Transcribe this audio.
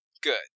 Good